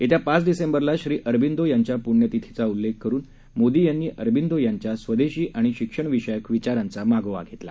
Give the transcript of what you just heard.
येत्या पाच डिसेंबरला श्री अरबिंदो यांच्या पुण्यतिथीचा उल्लेख करून मोदी यांनी अरबिंदो यांच्या स्वदेशी आणि शिक्षणविषयक विचारांचा मागोवा घेतला